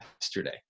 yesterday